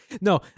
No